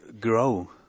Grow